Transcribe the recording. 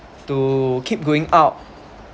to keep going out